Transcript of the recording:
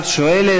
את שואלת.